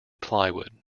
plywood